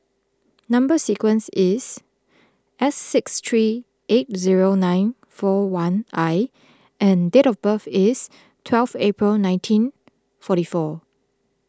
Number Sequence is S six three eight zero nine four one I and date of birth is twelve April nineteen forty four